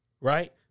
Right